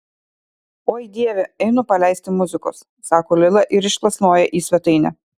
oi dieve einu paleisti muzikos sako lila ir išplasnoja į svetainę